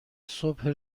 صبح